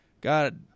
God